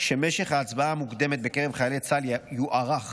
שמשך ההצבעה המוקדמת בקרב חיילי צה"ל יוארך